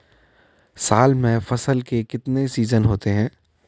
साल में फसल के कितने सीजन होते हैं?